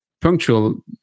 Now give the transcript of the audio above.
punctual